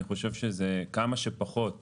אני חושב שכמה שפחות מסננות,